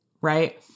right